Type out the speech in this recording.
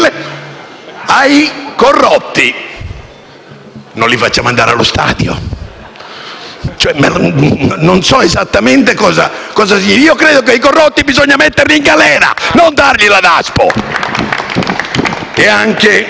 ai corrotti. Non li facciamo andare allo stadio? Non so esattamente cosa significhi. Io credo che i corrotti bisogna metterli in galera, non dargli la Daspo.